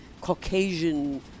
Caucasian